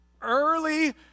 Early